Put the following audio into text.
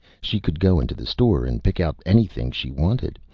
she could go into the store and pick out anything she wanted,